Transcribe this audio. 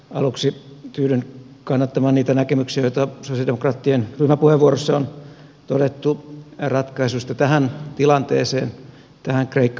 aluksi tyydyn kannattamaan niitä näkemyksiä joita sosialidemokraattien ryhmäpuheenvuorossa on todettu ratkaisuista tähän tilanteeseen tähän kreikka pakettiin